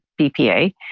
BPA